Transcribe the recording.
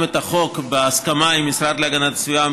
את החוק בהסכמה עם המשרד להגנת הסביבה,